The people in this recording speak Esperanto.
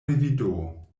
revido